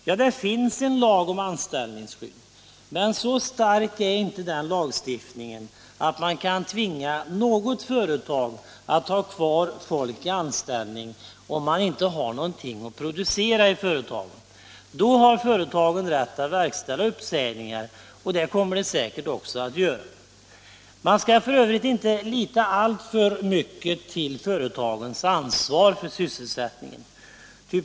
Ja, det finns en lag om anställningsskydd. Men så stark är inte den lagstiftningen, att man kan tvinga något företag att ha kvar folk i anställning om man inte har något att producera. Då har företagen rätt att verkställa uppsägningar, och det kommer de säkert också att göra. Man skall för övrigt inte lita alltför mycket till företagens ansvar för sysselsättningen.